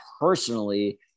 personally